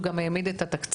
הוא גם העמיד את התקציב.